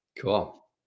Cool